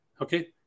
Okay